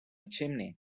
chimney